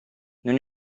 non